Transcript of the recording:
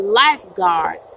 lifeguard